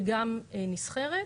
וגם נסחרת,